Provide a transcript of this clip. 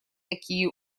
такие